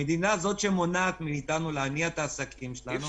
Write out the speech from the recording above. המדינה היא זאת שמונעת מאתנו להניע את העסקים שלנו.